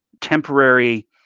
temporary